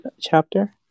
chapter